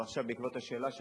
אבל עכשיו, בעקבות השאלה שלך,